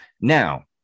Now